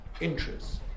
interests